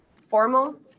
Formal